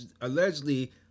allegedly